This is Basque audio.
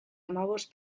hamabost